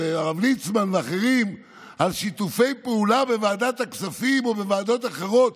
הרב ליצמן ואחרים על שיתופי פעולה בוועדת הכספים או בוועדות אחרות